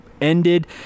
ended